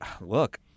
Look